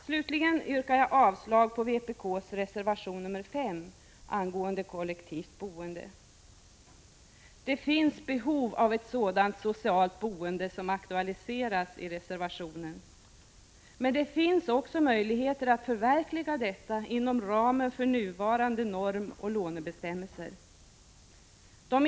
Slutligen yrkar jag avslag på vpk:s reservation nr 5 angående kollektivt boende. Det finns behov av ett sådant socialt boende som aktualiseras i reservationen, men det finns också möjligheter att förverkliga detta inom ramen för nuvarande normoch lånebestämmelser.